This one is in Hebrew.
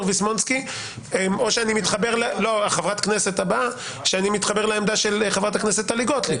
ויסמונסקי או שאני מתחבר לעמדה של חברת הכנסת טלי גוטליב.